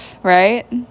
Right